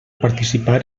participar